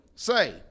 Say